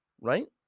Right